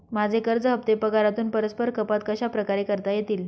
माझे कर्ज हफ्ते पगारातून परस्पर कपात कशाप्रकारे करता येतील?